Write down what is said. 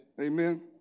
Amen